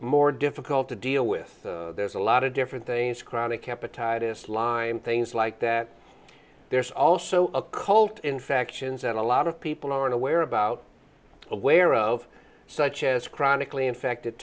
more difficult to deal with there's a lot of different things chronic hepatitis lyme things like that there's also a colt infections and a lot of people aren't aware about aware of such as chronically infected